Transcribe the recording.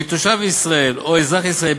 כי תושב ישראל או אזרח ישראלי,